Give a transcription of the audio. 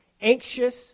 anxious